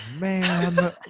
man